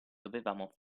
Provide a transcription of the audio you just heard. dovevamo